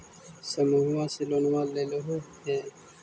समुहवा से लोनवा लेलहो हे?